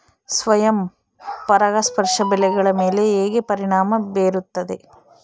ಸ್ವಯಂ ಪರಾಗಸ್ಪರ್ಶ ಬೆಳೆಗಳ ಮೇಲೆ ಹೇಗೆ ಪರಿಣಾಮ ಬೇರುತ್ತದೆ?